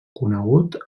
conegut